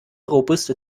robuste